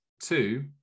two